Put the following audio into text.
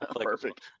Perfect